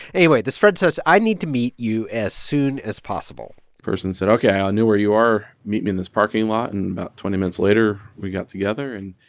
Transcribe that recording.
anyway, this friend says, i need to meet you as soon as possible person said, ok. i ah know where you are. meet me in this parking lot. and about twenty minutes later, we got together. and.